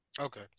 Okay